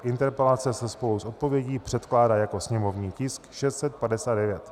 Interpelace se spolu s odpovědí předkládá jako sněmovní tisk 659.